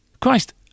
Christ